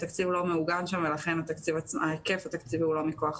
התקציב לא מעוגן שם ולכן ההיקף התקציבי הוא לא מכוח חוק,